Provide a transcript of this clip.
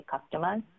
customers